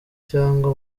cyangwa